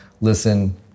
Listen